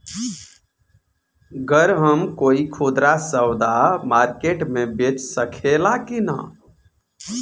गर हम कोई खुदरा सवदा मारकेट मे बेच सखेला कि न?